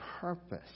purpose